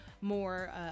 more